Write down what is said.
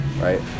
right